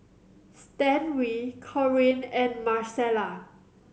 Stanley Corinne and Marcela